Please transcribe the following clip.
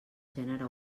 gènere